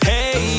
Hey